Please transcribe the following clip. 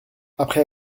après